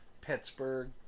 Pittsburgh